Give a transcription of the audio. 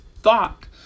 thought